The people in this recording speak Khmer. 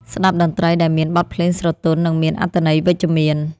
ស្ដាប់តន្ត្រីដែលមានបទភ្លេងស្រទន់ និងមានអត្ថន័យវិជ្ជមាន។